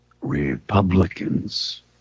Republicans